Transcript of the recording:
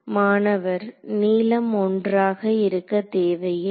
மாணவர் நீளம் ஒன்றாக இருக்க தேவையில்லை